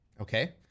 Okay